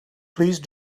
please